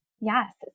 Yes